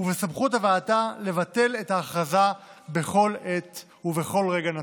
ובסמכות הוועדה לבטל את ההכרזה בכל עת ובכל רגע נתון.